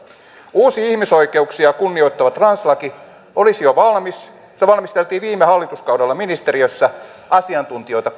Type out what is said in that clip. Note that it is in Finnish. uusi ihmisoikeuksia kunnioittava translaki olisi jo valmis se valmisteltiin viime hallituskaudella ministeriössä asiantuntijoita